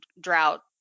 drought